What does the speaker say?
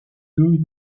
deux